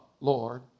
Lord